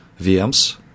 VMs